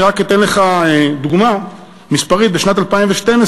אני רק אתן לך דוגמה מספרית: בשנת 2012,